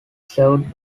served